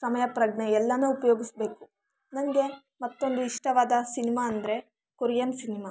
ಸಮಯಪ್ರಜ್ಞೆ ಎಲ್ಲನೂ ಉಪಯೋಗಿಸ್ಬೇಕು ನನಗೆ ಮತ್ತೊಂದು ಇಷ್ಟವಾದ ಸಿನಿಮಾ ಅಂದರೆ ಕೊರಿಯನ್ ಸಿನಿಮಾ